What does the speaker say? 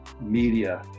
media